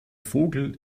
vogel